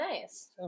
nice